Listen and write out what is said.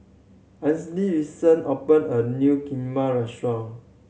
Addisyn recently open a new Kheema restaurant